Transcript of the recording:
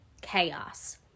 chaos